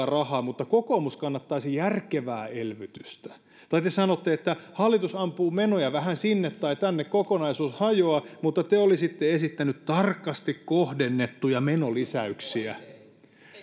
rahaa mutta kokoomus kannattaisi järkevää elvytystä tai te sanotte että hallitus ampuu menoja vähän sinne tai tänne kokonaisuus hajoaa mutta te olisitte esittäneet tarkasti kohdennettuja menolisäyksiä